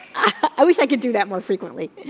i wish i could do that more frequently.